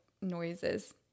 noises